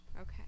Okay